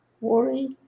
worry